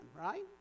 right